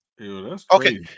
Okay